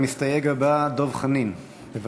המסתייג הבא, דב חנין, בבקשה.